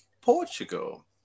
Portugal